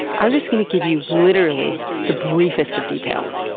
i'm just going to give you literally the briefest of details.